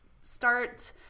start